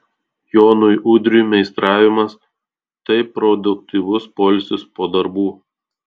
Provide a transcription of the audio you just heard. jonui udriui meistravimas tai produktyvus poilsis po darbų